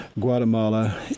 Guatemala